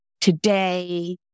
Today